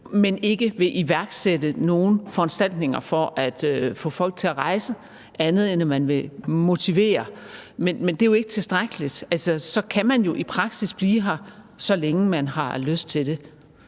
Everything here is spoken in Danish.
man ikke vil iværksætte nogen foranstaltninger for at få folk til at rejse, andet end at man vil motivere. Men det er jo ikke tilstrækkeligt, for så kan folk jo i praksis blive her, så længe de har lyst til det.